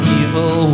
evil